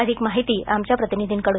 अधिक माहिती आमच्या प्रतिनिधीकडून